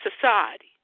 society